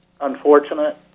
unfortunate